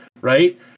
Right